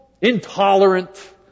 intolerant